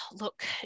look